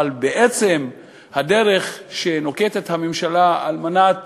אבל בעצם הדרך שנוקטת הממשלה על מנת